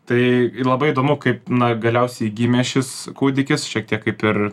tai ir labai įdomu kaip na galiausiai gimė šis kūdikis šiek tiek kaip ir